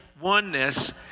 oneness